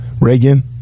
Reagan